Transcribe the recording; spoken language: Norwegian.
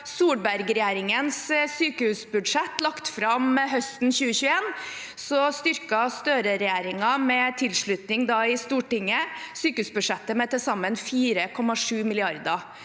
Solberg-regjeringens sykehusbudsjett lagt fram høsten 2021 styrket Støre-regjeringen, med tilslutning i Stortinget, sykehusbudsjettet med til sammen 4,7 mrd.